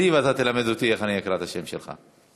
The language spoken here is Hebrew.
ואתה תלמד אותי איך לקרוא את השם שלך.